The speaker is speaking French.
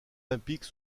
olympiques